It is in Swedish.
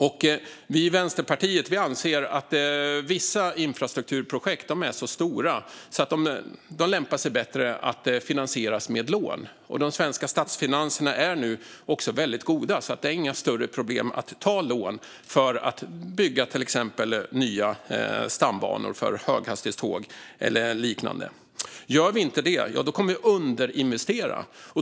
Vi i Vänsterpartiet anser att vissa infrastrukturprojekt är så stora att de lämpar sig bättre att finansieras med lån. Och de svenska statsfinanserna är nu också väldigt goda, så det är inga större problem att ta lån för att bygga till exempel nya stambanor för höghastighetståg eller liknande. Om vi inte gör det kommer vi att underinvestera.